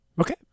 Okay